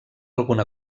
alguna